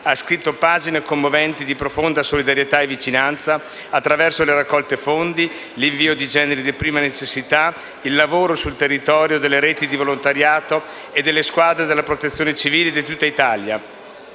ha scritto pagine commoventi di profonda solidarietà e vicinanza, attraverso le raccolte fondi, l'invio di generi di prima necessità, il lavoro sul territorio delle reti di volontariato e delle squadre della Protezione civile di tutta Italia,